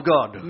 God